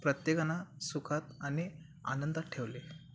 प्रत्येकांना सुखात आणि आनंदात ठेवले